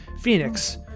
Phoenix